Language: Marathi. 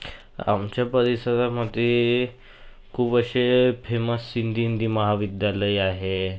आमच्या परिसरामध्ये खूप असे फेमस सिंधी हिंदी महाविद्यालय आहे